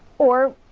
or,